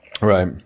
Right